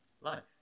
life